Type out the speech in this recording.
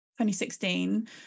2016